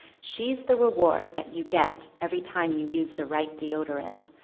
she's the reward that you get every time you use the right deodorant,